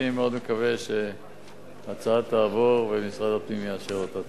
אני מאוד מקווה שההצעה תעבור ומשרד הפנים יאשר אותה.